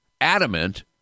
adamant